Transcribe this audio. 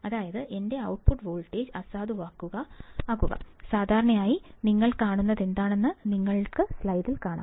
അതായത് എന്റെ output voltage അസാധുവാക്കുക സാധാരണയായി നിങ്ങൾ കാണുന്നതെന്താണെന്ന് നിങ്ങൾക്ക് സ്ലൈഡിൽ കാണാം